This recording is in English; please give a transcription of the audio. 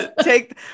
take